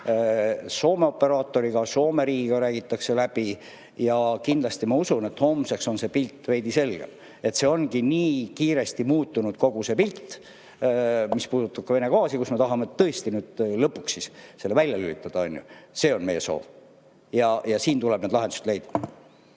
Soome operaatoriga, Soome riigiga räägitakse läbi. Kindlasti, ma usun, on homseks see pilt veidi selgem. See ongi nii kiiresti muutunud pilt, mis puudutab ka Vene gaasi, sest me tahame tõesti nüüd lõpuks selle välja lülitada. See on meie soov. Siin tuleb lahendused leida.